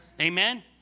Amen